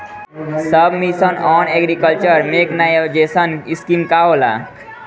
सब मिशन आन agriculture mechanisation scheme का होला?